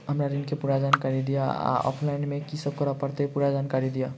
हम्मर ऋण केँ पूरा जानकारी दिय आ ऑफलाइन मे की सब करऽ पड़तै पूरा जानकारी दिय?